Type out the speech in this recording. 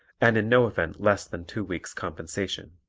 and in no event less than two weeks' compensation.